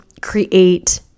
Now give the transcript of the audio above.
create